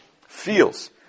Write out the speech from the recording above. feels